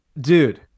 Dude